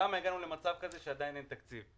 למה הגענו למצב כזה שעדיין אין תקציב.